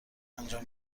انجام